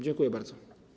Dziękuję bardzo.